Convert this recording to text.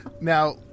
Now